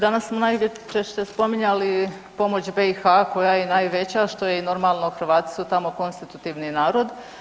Danas smo najviše spominjali pomoć BiH koja je najveća što je i normalno, Hrvati su tamo konstitutivni narod.